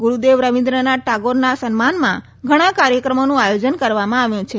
ગુરુદેવ રવિન્દ્રનાથ ટાગોરના સન્માનમાં ઘણા કાર્યક્રમોનું આયોજન કરવામાં આવ્યું છે